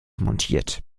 montiert